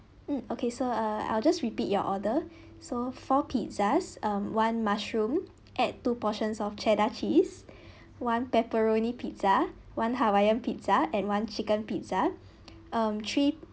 um okay so uh I'll just repeat your order so four pizzas um one mushroom add two portions of cheddar cheese one pepperoni pizza one hawaiian pizza and one chicken pizza um three